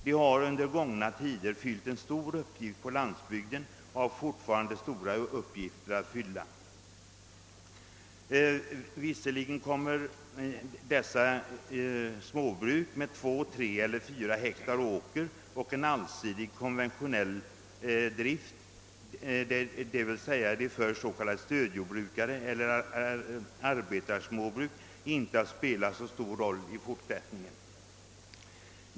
De har under gångna tider fyllt en stor uppgift på landsbygden och detta gäller alltjämt, även om jordbruk på två, tre eller fyra hektar åker och en allsidig konventionell drift — alltså det som förr kallades stödjordbruk eller arbetarsmåbruk — i fortsättningen inte kommer att spela en så stor roll.